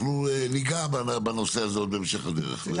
אנחנו ניגע בנושא הזה עוד בהמשך הדרך, לדעתי.